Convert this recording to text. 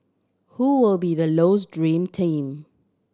who will be the Low's dream team